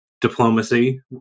diplomacy